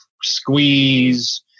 Squeeze